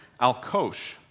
Alkosh